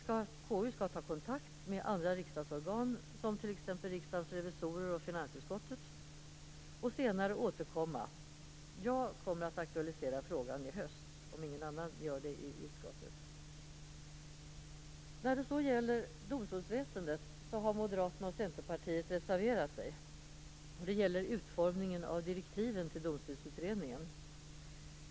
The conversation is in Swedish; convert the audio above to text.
KU skall ta kontakt med andra riksdagsorgan, t.ex. Riksdagens revisorer och finansutskottet, och senare återkomma. Jag kommer att aktualisera frågan i höst om ingen annan gör det i utskottet. När det så gäller domstolsväsendet har Moderaterna och Centerpartiet reserverat sig om utformningen av direktiven till Domstolsutredningen.